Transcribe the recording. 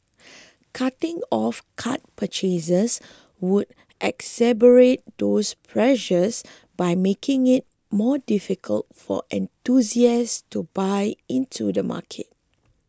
cutting off card purchases could exacerbate those pressures by making it more difficult for enthusiasts to buy into the market